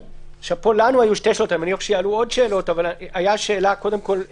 לנו היו שתי שאלות: קודם כל,